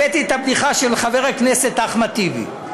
הבאתי את הבדיחה של חבר הכנסת אחמד טיבי.